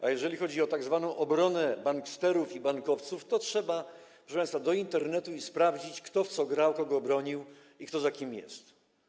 A jeżeli chodzi o tzw. obronę banksterów i bankowców, to trzeba, proszę państwa, zajrzeć do Internetu i sprawdzić, kto w co grał, kogo bronił i za kim jest.